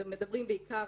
מדברים בעיקר,